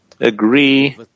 agree